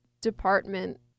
department